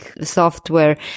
software